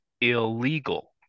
illegal